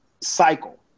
cycle